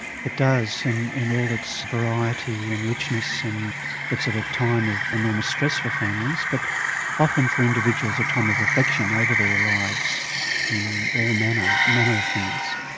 it does and in all its variety and richness and it's at a time of enormous stress for families but often for individuals a time of reflection over their lives in all manner manner of things.